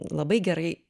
labai gerai